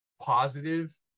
positive